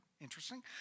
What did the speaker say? Interesting